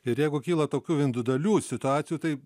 ir jeigu kyla tokių individualių situacijų tai